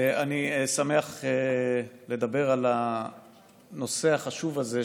אני שמח לדבר על הנושא החשוב הזה,